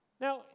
Now